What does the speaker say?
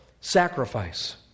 sacrifice